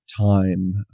time